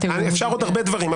התיאום --- אפשר על עוד הרבה דברים,